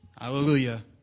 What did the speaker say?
Hallelujah